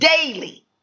Daily